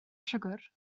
siwgr